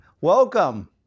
Welcome